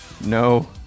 No